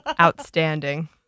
outstanding